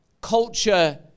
culture